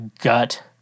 gut